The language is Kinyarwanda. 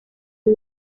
ibi